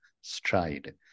stride